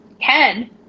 Ken